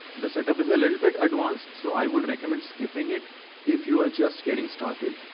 the setup is a little bit advanced, so i would recommend skipping it if you are just getting started.